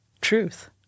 truth